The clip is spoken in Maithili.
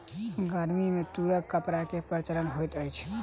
गर्मी में तूरक कपड़ा के प्रचलन होइत अछि